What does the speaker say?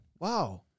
wow